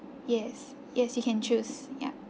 yes yes you can choose yup